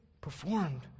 performed